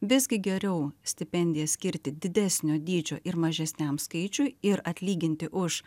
visgi geriau stipendiją skirti didesnio dydžio ir mažesniam skaičiui ir atlyginti už